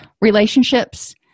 relationships